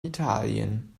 italien